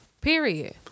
Period